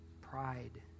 Pride